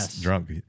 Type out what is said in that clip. drunk